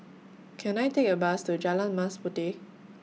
Can I Take A Bus to Jalan Mas Puteh